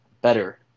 better